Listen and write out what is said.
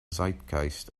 zeitgeist